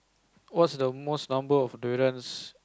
what's the most number of durians